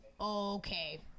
okay